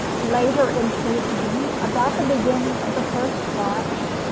later in the evening, about the beginning of the first watch,